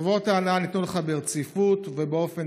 טובות ההנאה ניתנו לך ברציפות ובאופן